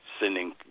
sending